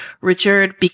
Richard